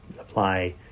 apply